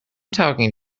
talking